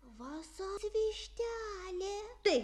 vasarvištelė tai